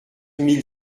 mille